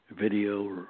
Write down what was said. video